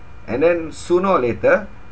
and then sooner or later